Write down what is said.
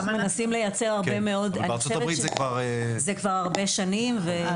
מנסים לייצר הרבה מאוד --- זה כבר הרבה שנים בארצות הברית.